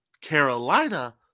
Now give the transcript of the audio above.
Carolina